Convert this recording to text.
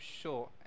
sure